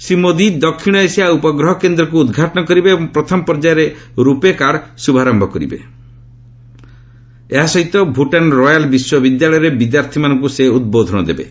ଶ୍ରୀ ମୋଦି ଦକ୍ଷିଣ ଏସିଆ ଉପଗ୍ରହ କେନ୍ଦ୍ରକ୍ ଉଦ୍ଘାଟନ କରିବେ ଏବଂ ପ୍ରଥମ ପର୍ଯ୍ୟାୟରେ ରୂପେ କାର୍ଡ଼ ଶୁଭାରନ୍ତ କରିବା ସଙ୍ଗେ ସଙ୍ଗେ ଭୁଟାନ୍ର ରୟାଲ୍ ବିଶ୍ୱବିଦ୍ୟାଳୟରେ ବିଦ୍ୟାର୍ଥୀମାନଙ୍କୁ ଉଦ୍ବୋଧନ ଦେବେ